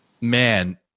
Man